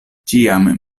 ĉiam